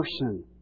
person